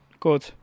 Good